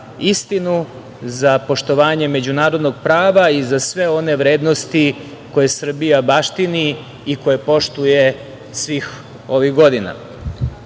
istinu, za poštovanje međunarodnog prava i za sve one vrednosti koje Srbija baštini i koje poštuje svih ovih godina. Takođe,